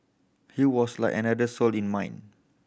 he was like another soul in mine